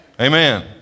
Amen